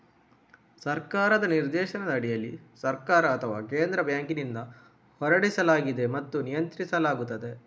ಸರ್ಕಾರದ ನಿರ್ದೇಶನದ ಅಡಿಯಲ್ಲಿ ಸರ್ಕಾರ ಅಥವಾ ಕೇಂದ್ರ ಬ್ಯಾಂಕಿನಿಂದ ಹೊರಡಿಸಲಾಗಿದೆ ಮತ್ತು ನಿಯಂತ್ರಿಸಲಾಗುತ್ತದೆ